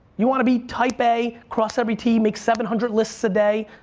you wanna be type a, cross every t, make seven hundred lists a day,